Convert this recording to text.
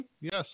Yes